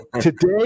today